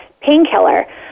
painkiller